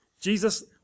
Jesus